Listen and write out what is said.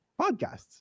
podcasts